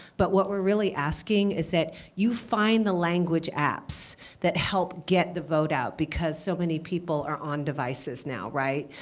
but what we're really asking is that you find the language apps that help get the vote out, because so many people are on devices now, right?